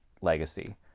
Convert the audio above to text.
legacy